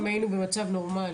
אם היינו במצב נורמלי.